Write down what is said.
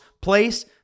place